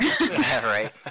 right